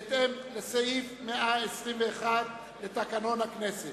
בהתאם לסעיף 121 לתקנון הכנסת.